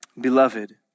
Beloved